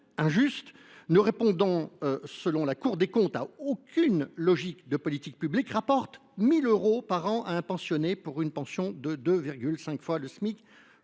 injuste, ne répondant, selon la Cour des comptes, à aucune logique de politique publique, rapporte 1 000 euros par an à un retraité percevant une pension de 2,5 fois le Smic,